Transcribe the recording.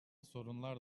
sorunlar